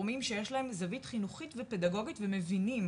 גורמים שיש להם זווית חינוכית ופדגוגית ומבינים